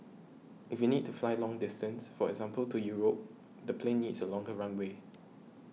if we need to fly long distance for example to Europe the plane needs a longer runway